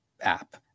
app